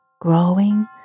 growing